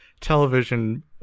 television